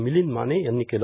मिलींद माने यांनी केले